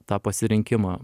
tą pasirinkimą